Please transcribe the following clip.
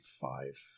five